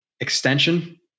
Extension